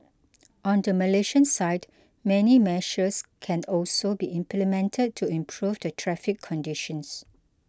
on the Malaysian side many measures can also be implemented to improve the traffic conditions